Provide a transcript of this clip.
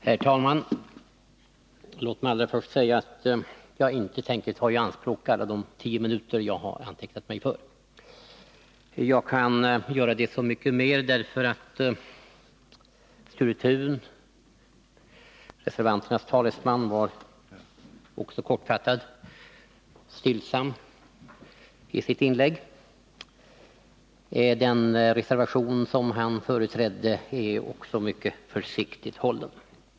Herr talman! Låt mig allra först säga att jag inte tänker ta i anspråk alla de tio minuter som jag har antecknat mig för. Jag behöver bl.a. inte göra det därför att Sture Thun, reservanternas talesman, också var kortfattad och stillsam i sitt inlägg. Den reservation som han företrädde är också mycket försiktigt hållen.